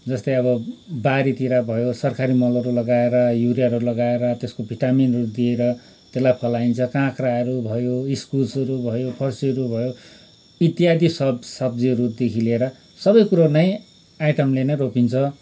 जस्तै अब बारीतिर भयो सरकारी मलहरू लगाएर युरियाहरू लगाएर त्यसको भिटामिनहरू दिएर त्यसलाई फलाइन्छ काँक्राहरू भयो इस्कुसहरू भयो फर्सीहरू भयो इत्यादि सब्ज सब्जीहरूदेखि लिएर सबै कुरो नै आइटमले नै रोपिन्छ